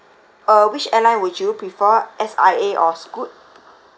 uh which airline would you prefer S_I_A or scoot